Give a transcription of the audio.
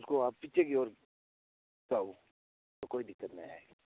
उसको आप पीछे की ओर तो कोई दिक्कत नहीं आएगी